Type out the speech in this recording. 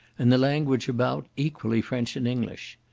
and the language about equally french and english.